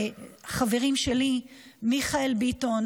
החברים שלי מיכאל ביטון,